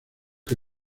que